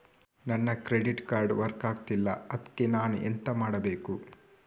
ನನ್ನ credit card work ಆಗ್ತಿಲ್ಲ ಅದ್ಕೆ ನಾನು ಎಂತ ಮಾಡಬೇಕು?